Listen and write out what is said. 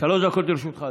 דקות לרשותך,